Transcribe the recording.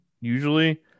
usually